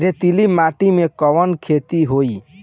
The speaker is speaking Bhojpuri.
रेतीली माटी में कवन खेती होई?